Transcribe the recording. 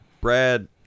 Brad